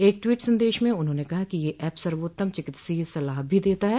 एक ट्वीट संदेश में उन्होंने कहा कि यह ऐप सर्वोत्तम चिकित्सीय सलाह भी देता है